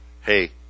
hey